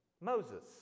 Moses